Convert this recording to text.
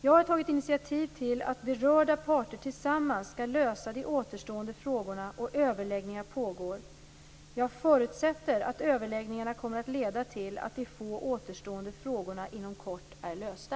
Jag har tagit initiativ till att berörda parter tillsammans skall lösa de återstående frågorna, och överläggningar pågår. Jag förutsätter att överläggningarna kommer att leda till att de få återstående frågorna inom kort är lösta.